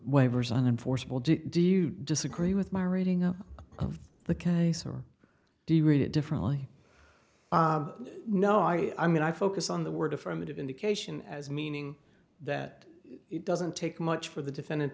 waivers on enforceable dick do you disagree with my reading of the case or do you read it differently no i i mean i focus on the word affirmative indication as meaning that it doesn't take much for the defendant